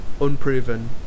unproven